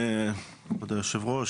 כבוד היושב-ראש,